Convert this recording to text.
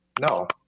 No